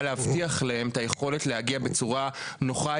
להבטיח להם את היכולת להגיע בצורה נוחה,